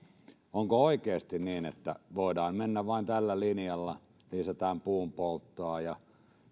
onko oikeasti niin että voidaan mennä vain tällä linjalla lisätään puunpolttoa ja